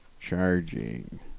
charging